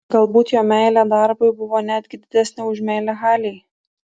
galbūt jo meilė darbui buvo netgi didesnė už meilę halei